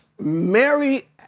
Mary